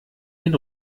den